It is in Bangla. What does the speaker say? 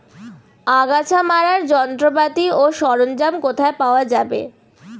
আগাছা মারার যন্ত্রপাতি ও সরঞ্জাম কোথায় পাওয়া যাবে?